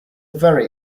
very